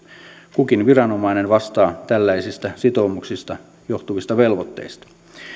kukin viranomainen vastaa tällaisista sitoumuksista johtuvista velvoitteista